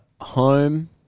Home